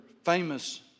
Famous